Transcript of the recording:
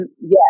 yes